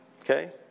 Okay